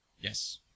Yes